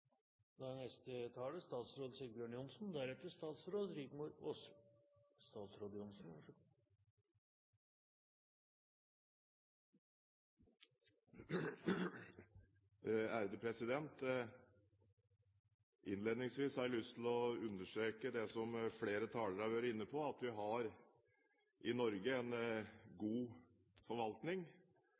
Innledningsvis har jeg lyst til å understreke det som flere talere har vært inne på, at vi i Norge har en god forvaltning